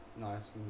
nice